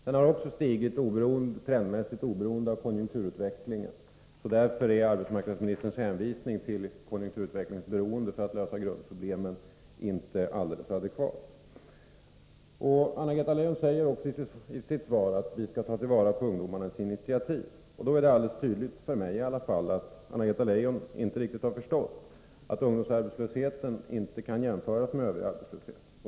Den har också stigit trendmässigt oberoende av konjunkturutvecklingen, och därför är arbetsmarknadsministerns hänvisning till konjunkturutvecklingens inverkan på möjligheten att lösa grundproblemen inte helt adekvat. Anna-Greta Leijon säger också i sitt svar att vi skall ta till vara ungdomarnas initiativ. Det är helt tydligt, i alla fall för mig, att Anna-Greta Leijon inte riktigt har förstått att ungdomsarbetslösheten inte kan jämföras med övrig arbetslöshet.